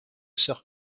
sir